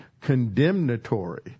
condemnatory